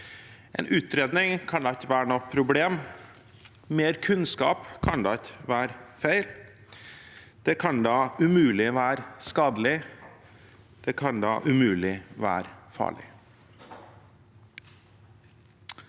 en utredning kan da ikke være noe problem, mer kunnskap kan da ikke være feil. Det kan da umulig være skadelig, det kan umulig være farlig.